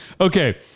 Okay